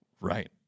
Right